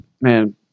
man